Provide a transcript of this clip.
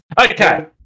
Okay